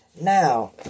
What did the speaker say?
Now